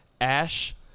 Ash